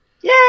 Yay